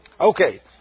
Okay